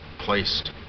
placed